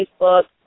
Facebook